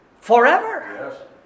forever